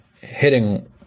hitting